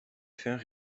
fins